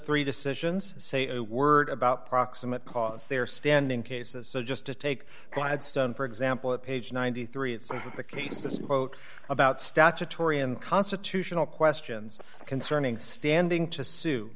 three decisions say a word about proximate cause they're standing cases so just to take gladstone for example at page ninety three of the case wrote about statutory and constitutional questions concerning standing to sue